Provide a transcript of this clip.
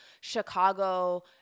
Chicago